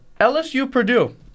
LSU-Purdue